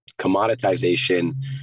commoditization